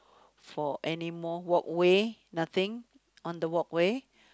four any more walkway nothing on the walkway